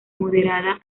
moderada